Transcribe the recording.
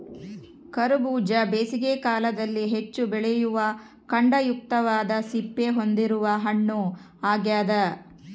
ಕರಬೂಜ ಬೇಸಿಗೆ ಕಾಲದಲ್ಲಿ ಹೆಚ್ಚು ಬೆಳೆಯುವ ಖಂಡಯುಕ್ತವಾದ ಸಿಪ್ಪೆ ಹೊಂದಿರುವ ಹಣ್ಣು ಆಗ್ಯದ